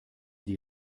die